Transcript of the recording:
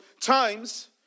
times